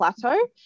plateau